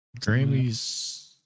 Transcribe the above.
Grammy's